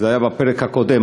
זה היה בפרק הקודם.